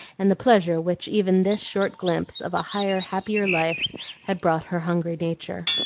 and the pleasure which even this short glimpse of a higher, happier life had brought her hungry nature.